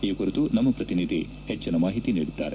ಈ ಕುರಿತು ನಮ್ನ ಪ್ರತಿನಿಧಿ ಹೆಚ್ಚಿನ ಮಾಹಿತಿ ನೀಡಿದ್ದಾರೆ